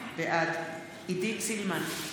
בעד עידית סילמן,